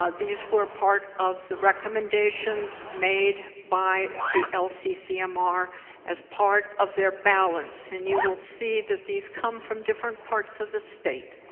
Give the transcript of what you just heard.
ah these were part of the recommendations made by the lccmr as part of their balance. and you will see these come from different parts of the state.